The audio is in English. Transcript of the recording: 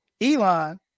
Elon